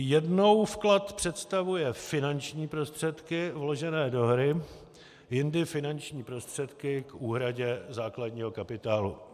Jednou vklad představuje finanční prostředky vložené do hry, jindy finanční prostředky k úhradě základního kapitálu.